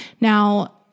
now